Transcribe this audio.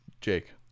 Jake